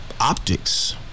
optics